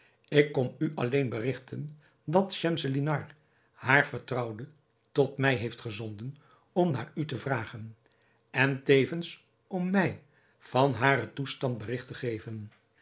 ik kom u alleen berigten dat schemselnihar hare vertrouwde tot mij heeft gezonden om naar u te vragen en tevens om mij van haren toestand berigt te geven